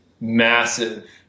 massive